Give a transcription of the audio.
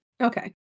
Okay